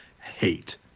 hate